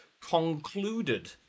concluded